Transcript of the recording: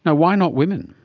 ah why not women?